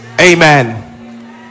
Amen